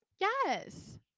yes